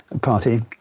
party